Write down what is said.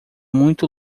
muito